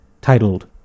titled